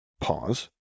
Pause